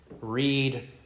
read